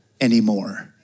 anymore